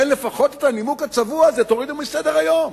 לכן, לפחות את הנימוק הצבוע הזה תורידו מסדר-היום.